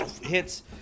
hits